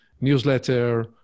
newsletter